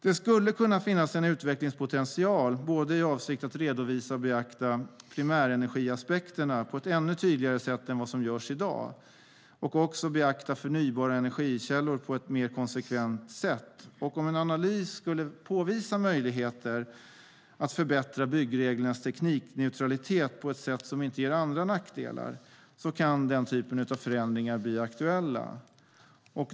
Det skulle kunna finnas en utvecklingspotential i avsikt att både redovisa och beakta primärenergiaspekterna på ett ännu tydligare sätt än vad som görs i dag och också beakta förnybara energikällor på ett mer konsekvent sätt. Om en analys skulle påvisa möjligheter att förbättra byggreglernas teknikneutralitet på ett sätt som inte ger andra nackdelar kan den typen av förändringar bli aktuella.